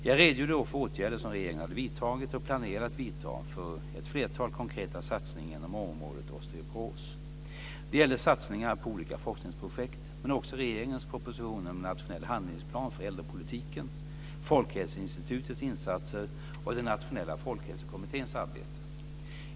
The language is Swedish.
Jag redogjorde då för åtgärder som regeringen hade vidtagit och planerade att vidta för ett flertal konkreta satsningar inom området osteoporos. Det gällde satsningar på olika forskningsprojekt men också regeringens proposition om en nationell handlingsplan för äldrepolitiken (prop. Nationella folkhälsokommitténs arbete.